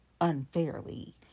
unfairly